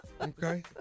Okay